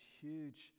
huge